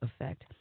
effect